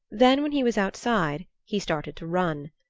then when he was outside he started to run.